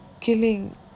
killing